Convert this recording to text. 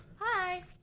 Hi